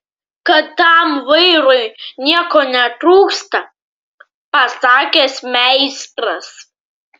kad tam vairui nieko netrūksta pasakęs meistras